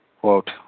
quote